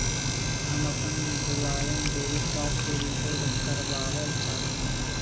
हम अपन भूलायल डेबिट कार्ड के रिपोर्ट करावल चाह ही